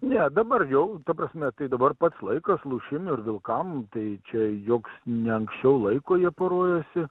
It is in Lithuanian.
ne dabar jau ta prasme tai dabar pats laikas lūšim ir vilkam tai čia joks ne anksčiau laiko jie poruojasi